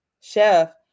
Chef